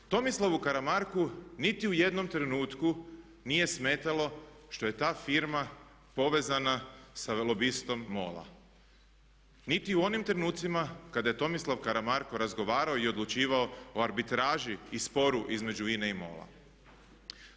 Tomislavu Karamarku niti u jednom trenutku nije smetalo što je ta firma povezana sa vrlo bistom MOL-a niti u onim trenucima kada je Tomislav Karamarko razgovarao i odlučivao o arbitraži i sporu između INA-e i MOL-a.